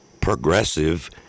progressive